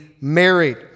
married